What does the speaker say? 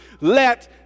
let